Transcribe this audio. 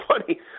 funny